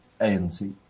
ANC